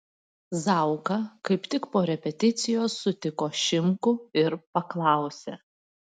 zauka kaip tik po repeticijos sutiko šimkų ir paklausė